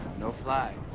no fly. ah,